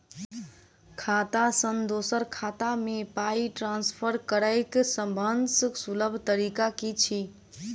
खाता सँ दोसर खाता मे पाई ट्रान्सफर करैक सभसँ सुलभ तरीका की छी?